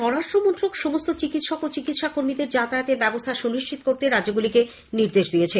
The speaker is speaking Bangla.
স্বরাষ্ট্রমন্ত্রক সমস্ত চিকিৎসক ও চিকিৎসাকর্মীদের যাতায়াতের ব্যবস্থা সুনিশ্চিত করতে রাজ্যগুলিকে নির্দেশ দিয়েছে